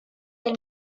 del